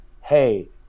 hey